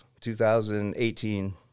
2018